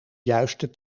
juiste